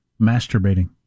masturbating